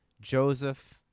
Joseph